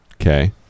okay